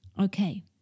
Okay